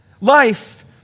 Life